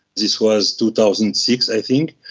this was two thousand and six i think,